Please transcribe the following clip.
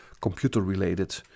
computer-related